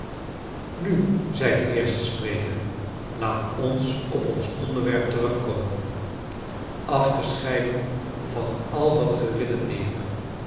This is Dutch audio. nu zei de eerste spreker laat ons op ons onderwerp terugkomen afgeseheiden van al dat geredeneer